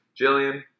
Jillian